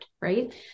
right